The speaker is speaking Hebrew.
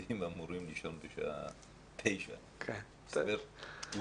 שילדים הולכים לישון בשעה 21:00. הוא